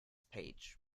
page